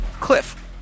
Cliff